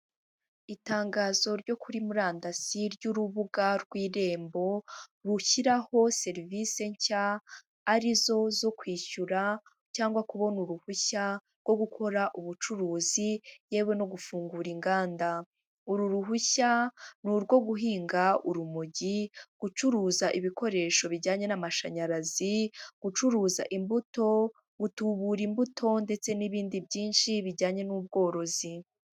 Itangazo ryo kuri murandasi ry'urubuga rw'irembo rushyiraho serivisi nshya ari zo zo kwishyura cyangwa kubona uruhushya rwo gukora ubucuruzi yewe no gufungura inganda. Uru ruhushya ni urwo guhinga urumojyi, gucuruza ibikoresho bijyanye n'amashanyarazi, gucuruza imbuto, gutubura imbuto, ndetse n'ibindi byinshi bijyanye n'ubworozi.